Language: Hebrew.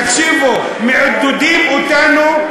תקשיבו, מעודדים אותנו,